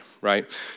right